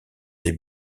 des